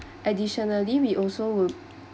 additionally we also will